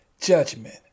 judgment